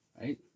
right